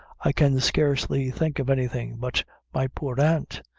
i can scarcely think of anything but my poor aunt.